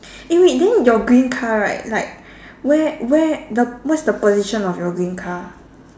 eh wait then your green car right like where where the what's the position of your green car